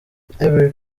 ivory